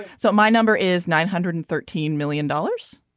so my number is nine hundred and thirteen million dollars.